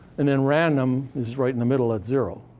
and then, random is right in the middle at zero.